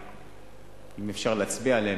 אם אפשר להצביע עליהם,